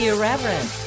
Irreverent